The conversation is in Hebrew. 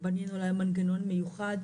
בנינו להם מנגנון מיוחד,